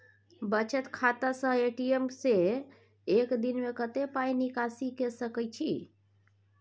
बचत खाता स ए.टी.एम से एक दिन में कत्ते पाई निकासी के सके छि?